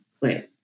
Wait